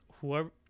whoever